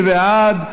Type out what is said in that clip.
מי בעד?